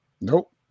Nope